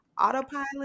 autopilot